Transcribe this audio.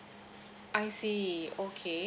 I see okay